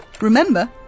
Remember